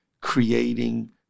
creating